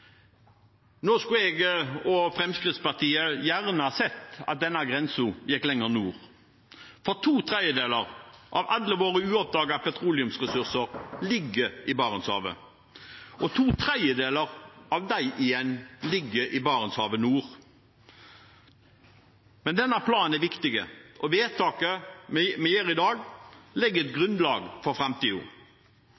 Jeg og Fremskrittspartiet skulle gjerne ha sett at denne grensen gikk lenger nord, for to tredjedeler av alle våre uoppdagede petroleumsressurser ligger i Barentshavet, og to tredjedeler av dem igjen ligger i Barentshavet nord. Men denne planen er viktig, og vedtaket vi gjør i dag, legger et